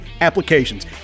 applications